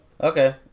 Okay